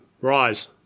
Rise